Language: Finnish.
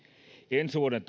ensi vuoden